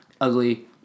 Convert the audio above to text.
ugly